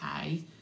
okay